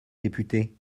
député